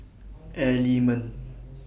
Element